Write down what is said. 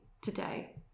today